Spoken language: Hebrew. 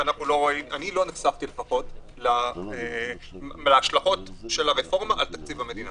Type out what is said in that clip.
אני לא נחשפתי להשלכות הרפורמה על תקציב המדינה.